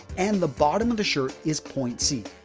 and the bottom of the shirt is point c.